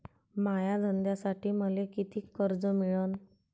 माया धंद्यासाठी मले कितीक कर्ज मिळनं?